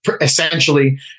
essentially